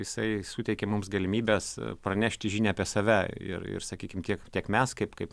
jisai suteikia mums galimybes pranešti žinią apie save ir ir sakykim tiek tiek mes kaip kaip